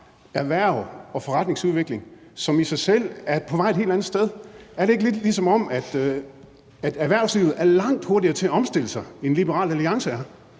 erhverv og forretningsudvikling, som i sig selv er på vej et helt andet sted hen. Er det ikke lidt, som om erhvervslivet er langt hurtigere til at omstille sig, end Liberal Alliance er?